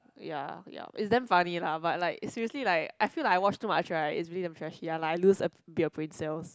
ya ya is damn funny lah but like seriously like I feel like I watch too much right is really damn trashy like I lose a bit of brain cells